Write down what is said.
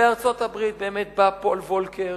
ובארצות-הברית באמת בא פול וולקר